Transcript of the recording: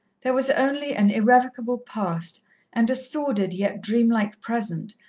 there was only an irrevocable past and a sordid, yet dream-like present,